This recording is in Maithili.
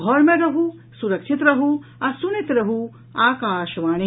घर मे रहू सुरक्षित रहू आ सुनैत रहू आकाशवाणी